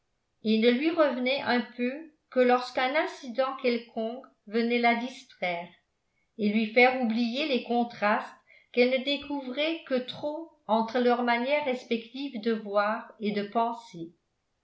et ne lui revenaient un peu que lorsqu'un incident quelconque venait la distraire et lui faire oublier les contrastes qu'elle ne découvrait que trop entre leurs manières respectives de voir et de penser